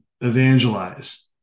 evangelize